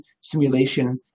simulation